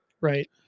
Right